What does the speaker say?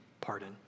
pardon